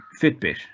Fitbit